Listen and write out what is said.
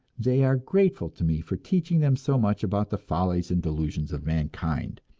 they are grateful to me for teaching them so much about the follies and delusions of mankind,